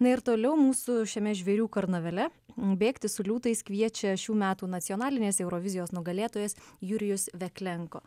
na ir toliau mūsų šiame žvėrių karnavale bėgti su liūtais kviečia šių metų nacionalinės eurovizijos nugalėtojas jurijus veklenko